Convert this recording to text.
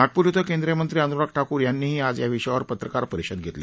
नागप्र इथं केंद्रीय मंत्री अन्राग ठाकूर यांनीही आज याविषयावर पत्रकार परिषद घेतली